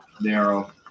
narrow